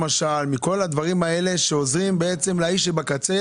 מכל הדברים שעוזרים לאיש שבקצה,